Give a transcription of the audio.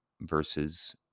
versus